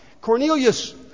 Cornelius